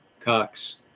cox